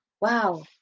wow